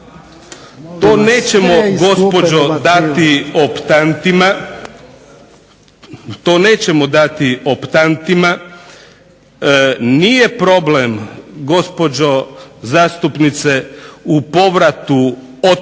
To nećemo gospođo dati optantima nije problem gospođo zastupnice u povratu otetog,